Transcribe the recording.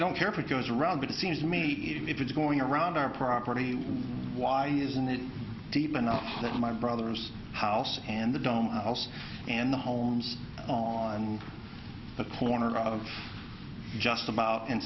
don't care if it goes around but it seems to me if it's going around our property why isn't it deep enough that my brother's house and the dome house and the homes on the corner of just about